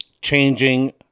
changing